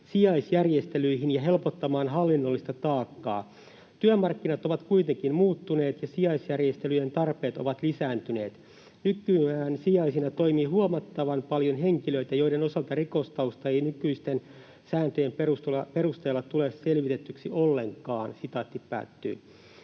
sijaisjärjestelyihin ja helpottamaan hallinnollista taakkaa. Työmarkkinat ovat kuitenkin muuttuneet ja sijaisjärjestelyjen tarpeet ovat lisääntyneet. Nykyään sijaisina toimii huomattavan paljon henkilöitä, joiden osalta rikostausta ei nykyisten sääntöjen perusteella tule selvitetyksi ollenkaan.” Elikkä